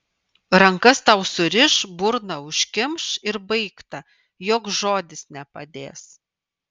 rankas tau suriš burną užkimš ir baigta joks žodis nepadės